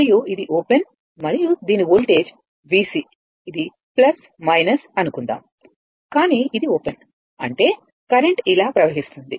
మరియు ఇది ఓపెన్ మరియు దీని వోల్టేజ్ VC ఇది అనుకుందాం కానీ ఇది ఓపెన్ అంటే కరెంట్ ఇలా ప్రవహిస్తుంది